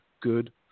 good